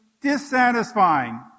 dissatisfying